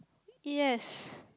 yes